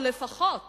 או לפחות